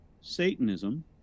Satanism